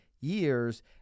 years